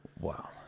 Wow